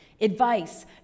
advice